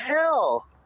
hell